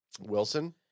Wilson